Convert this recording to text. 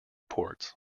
ports